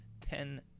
ten